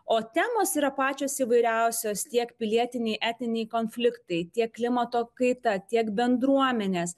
o temos yra pačios įvairiausios tiek pilietiniai etniniai konfliktai tiek klimato kaita tiek bendruomenės